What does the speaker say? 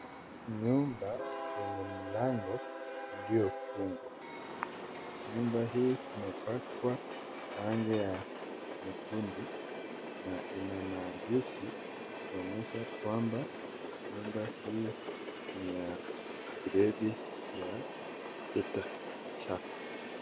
Nyumba yenye mlango iliofungwa, nyumba hii imepakwa rangi ya nyekundu na inamandishi kuonyesha kwamba nyumba hii ni ya gredi ya sita.